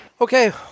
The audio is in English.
Okay